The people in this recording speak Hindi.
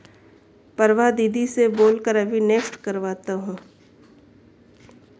प्रभा दीदी से बोल कर अभी नेफ्ट करवाता हूं